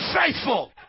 faithful